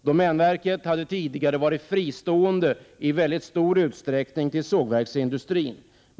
Domänverket hade tidigare i stor utsträckning varit fristående från sågverksindustrin.